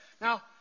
Now